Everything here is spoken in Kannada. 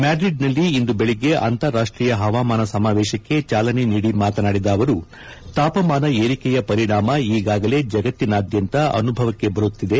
ಮಾಡ್ರಿಡ್ನಲ್ಲಿ ಇಂದು ಬೆಳಿಗ್ಗೆ ಅಂತಾರಾಷ್ಷೀಯ ಹವಾಮಾನ ಸಮಾವೇಶಕ್ಕೆ ಚಾಲನೆ ನೀಡಿ ಮಾತನಾಡಿದ ಅವರು ತಾಪಮಾನ ಏರಿಕೆಯ ಪರಿಣಾಮ ಈಗಾಗಲೇ ಜಗತ್ತಿನಾದ್ಯಂತ ಅನುಭವಕ್ಕೆ ಬರುತ್ತಿದೆ